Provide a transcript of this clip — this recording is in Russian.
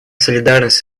солидарность